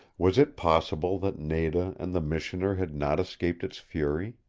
was it possible that nada and the missioner had not escaped its fury?